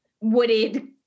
wooded